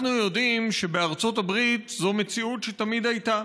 אנחנו יודעים שבארצות הברית זו מציאות שתמיד הייתה.